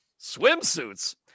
swimsuits